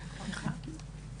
צרפתיים.